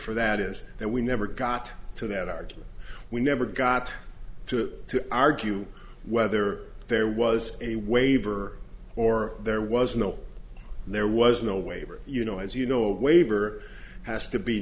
for that is that we never got to that argument we never got to argue whether there was a waiver or there was no there was no waiver you know as you know a waiver has to be